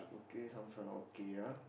K some stall not okay ah